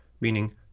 meaning